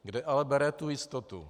Kde ale bere tu jistotu?